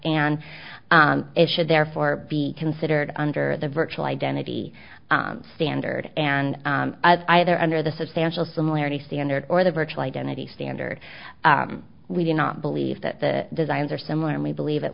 and it should therefore be considered under the virtual identity standard and either under the substantial similarity standard or the virtual identity standard we do not believe that the designs are similar and we believe it